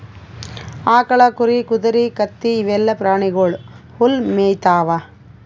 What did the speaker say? ಆಕಳ್, ಕುರಿ, ಕುದರಿ, ಕತ್ತಿ ಇವೆಲ್ಲಾ ಪ್ರಾಣಿಗೊಳ್ ಹುಲ್ಲ್ ಮೇಯ್ತಾವ್